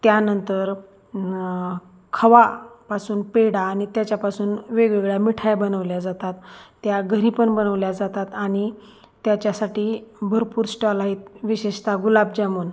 त्यानंतर खवा पासून पेडा आणि त्याच्यापासून वेगवेगळ्या मिठाया बनवल्या जातात त्या घरीपण बनवल्या जातात आणि त्याच्यासाठी भरपूर स्टॉल आहेत विशेषतः गुलाबजामून